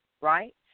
right